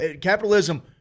capitalism